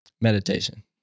Meditation